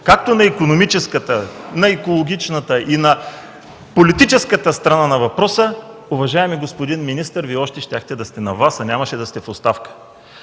анализ на икономическата, на екологичната и на политическата страна на въпроса, уважаеми господин министър, Вие още щяхте да сте на власт, а нямаше да сте в оставка.